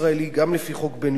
גם לפי חוק בין-לאומי,